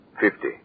Fifty